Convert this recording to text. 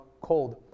cold